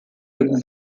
took